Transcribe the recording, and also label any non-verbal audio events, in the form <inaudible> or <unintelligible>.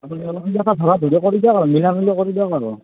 <unintelligible> মিলোৱা মিলি কৰি দিয়ক আৰু